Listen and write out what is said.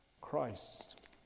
Christ